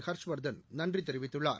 ஹர்ஷ்வர்தன் நன்றி தெரிவித்துள்ளார்